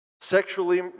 Sexually